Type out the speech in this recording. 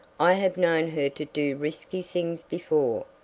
i have known her to do risky things before,